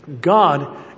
God